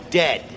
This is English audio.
dead